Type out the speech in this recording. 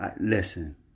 Listen